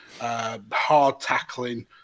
hard-tackling